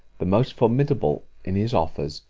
the most formidable in his offers,